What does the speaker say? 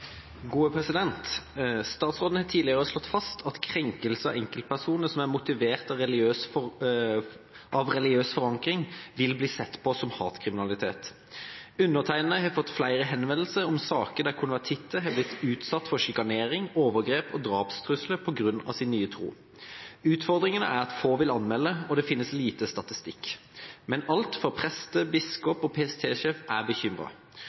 har tidligere slått fast at krenkelse av enkeltpersoner som er motivert av religiøs forankring, vil bli sett på som hatkriminalitet. Undertegnede har fått flere henvendelser om saker der konvertitter har blitt utsatt for sjikanering, overgrep og drapstrusler på grunn av sin nye tro. Utfordringen er at få vil anmelde, og det finnes lite statistikk. Men alt fra prester, biskop og PST-sjef er